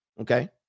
Okay